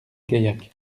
gaillac